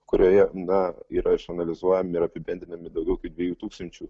kurioje na yra išanalizuojami ir apibendrinami daugiau kaip dviejų tūkstančių